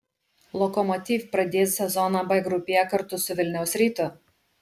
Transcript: lokomotiv pradės sezoną b grupėje kartu su vilniaus rytu